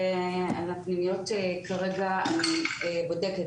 על הפנימיות אני כרגע בודקת.